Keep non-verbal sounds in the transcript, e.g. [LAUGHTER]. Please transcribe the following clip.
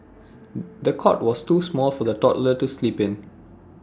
[HESITATION] the cot was too small for the toddler to sleep in